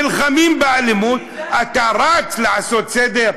נלחמים באלימות, אתה רץ לעשות סדר.